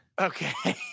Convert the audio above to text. okay